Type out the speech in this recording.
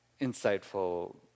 insightful